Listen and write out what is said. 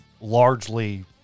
largely